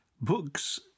Books